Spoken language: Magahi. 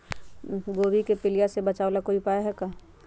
गोभी के पीलिया से बचाव ला कोई उपाय है का?